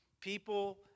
people